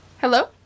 Hello